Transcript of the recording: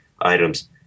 items